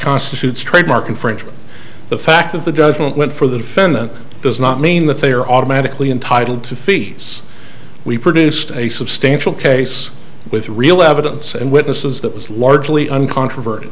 constitutes trademark infringement the fact of the judgment went for the defendant does not mean that they are automatically entitled to feeds we produced a substantial case with real evidence and witnesses that was largely uncontrover